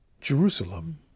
Jerusalem